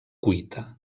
cuita